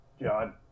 John